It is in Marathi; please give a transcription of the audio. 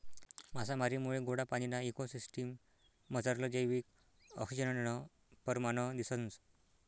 मासामारीमुये गोडा पाणीना इको सिसटिम मझारलं जैविक आक्सिजननं परमाण दिसंस